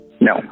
No